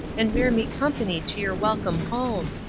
and bear me company to your welcome home.